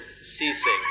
ceasing